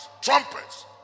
Trumpets